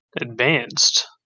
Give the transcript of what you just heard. advanced